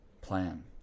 plan